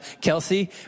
Kelsey